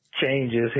changes